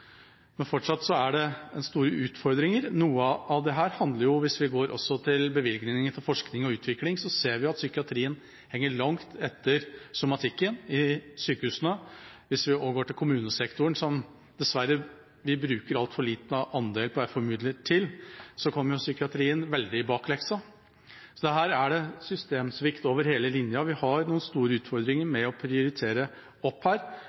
Men fortsatt er det store utfordringer. Hvis vi går til bevilgningene til forskning og utvikling, ser vi at psykiatrien henger langt etter somatikken i sykehusene. Hvis vi går til kommunesektoren, som vi dessverre bruker altfor lite av andelen FoU-midler til, kommer psykiatrien veldig i bakleksa. Så her er det systemsvikt over hele linja. Vi har noen store utfordringer med å prioritere her.